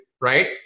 Right